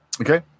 Okay